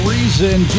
Reason